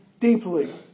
deeply